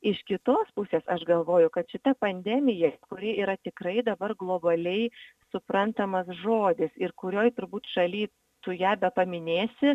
iš kitos pusės aš galvoju kad šita pandemija kuri yra tikrai dabar globaliai suprantamas žodis ir kurioj turbūt šaly tu ją paminėsi